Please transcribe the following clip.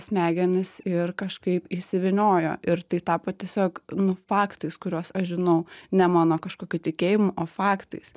smegenis ir kažkaip įsivyniojo ir tai tapo tiesiog nu faktais kuriuos aš žinau ne mano kažkokiu tikėjimu o faktais